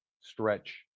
stretch